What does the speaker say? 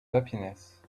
happiness